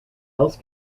else